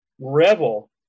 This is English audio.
revel